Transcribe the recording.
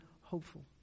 hopeful